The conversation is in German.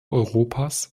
europas